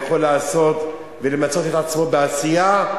יכול לעשות ולמצות את עצמו בעשייה,